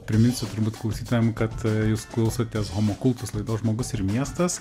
priminsiu turbūt klausytojam kad jūs klausotės homo kultus laidos žmogus ir miestas